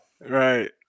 Right